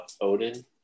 Odin